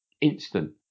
instant